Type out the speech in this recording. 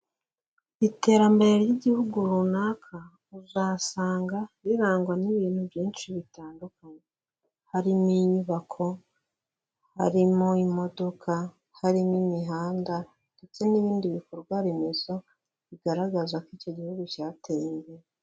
Iterambere ry'igihugu runaka uzasanga rirangwa n'ibintu byinshi bitandukanye, harimo inyubako, harimo imodoka, harimo imihanda ndetse n'ibindi bikorwaremezo bigaragaza ko icyo gihugu cyateye imbere.